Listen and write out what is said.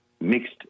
mixed